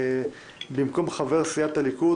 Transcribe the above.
במקום חבר סיעת הליכוד,